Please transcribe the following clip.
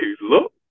look